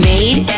Made